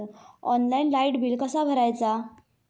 Online light bill कसा भरायचा?